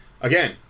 Again